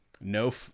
no